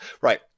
Right